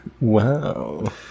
Wow